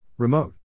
Remote